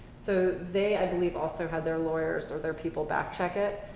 so they i believe also had their lawyers or their people backcheck it.